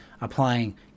applying